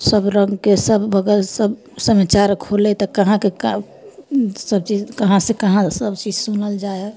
सब रंगके सब बगल समाचार खोलै तऽ कहाँके सब चीज कहाँ से कहाँ सब चीज सुनल जाइ हइ